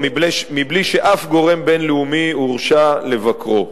מבלי שאף גורם בין-לאומי הורשה לבקרו.